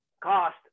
cost